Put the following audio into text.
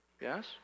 Yes